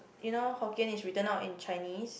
you know Hokkien is written out in Chinese